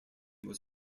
was